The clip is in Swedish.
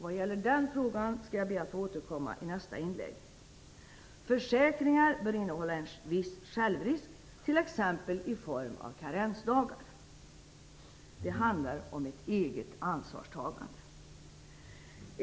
Vad gäller den frågan skall jag be att få återkomma i nästa inlägg. Försäkringar bör innehålla en viss självrisk, t.ex. i form av karensdagar. Det handlar om ett eget ansvarstagande.